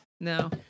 no